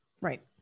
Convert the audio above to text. Right